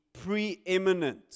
preeminent